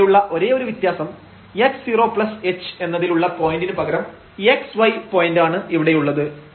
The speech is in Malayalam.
ഇവിടെയുള്ള ഒരേയൊരു വ്യത്യാസം x0h എന്നതിലുള്ള പോയന്റിന് പകരം xy പോയന്റാണ് ഇവിടെ ഉള്ളത്